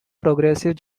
progressive